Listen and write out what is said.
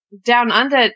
down-under